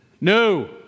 No